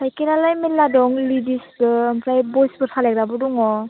साइकेलआलाय मेरला दं लेडिसबो ओमफ्राय बयसबो सालायग्राबो दङ